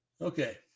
Okay